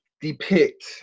depict